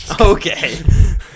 Okay